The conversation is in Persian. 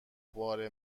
بار